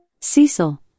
Cecil